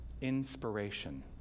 Inspiration